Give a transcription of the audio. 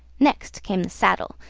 next came the saddle,